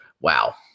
wow